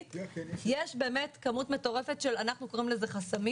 זה בהחלט נושא עיקרי בחסמים